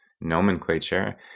nomenclature